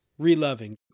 Reloving